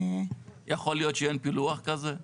יכול להיות שאין פילוח כזה?